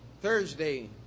Thursday